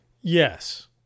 Yes